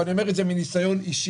ואני אומר את זה מניסיון אישי,